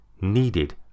needed